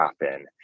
happen